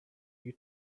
you